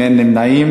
נמנעים.